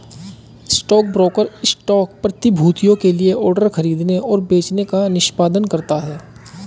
stockbroker stock प्रतिभूतियों के लिए ऑर्डर खरीदने और बेचने का निष्पादन करता है